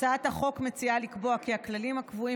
הצעת החוק מציעה לקבוע כי הכללים הקבועים